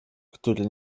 który